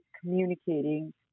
communicating